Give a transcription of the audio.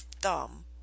thumb